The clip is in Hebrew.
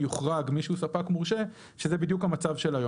יוחרג מי שהוא ספק מורשה שזה בדיוק המצב של היום.